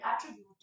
attribute